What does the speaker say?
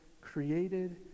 created